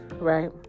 right